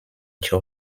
joe